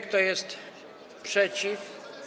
Kto jest przeciw?